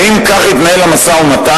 האם כך יתנהל המשא-ומתן?